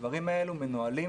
הדברים האלה מנוהלים,